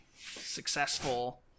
successful